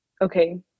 okay